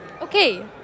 Okay